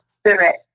spirit